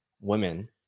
women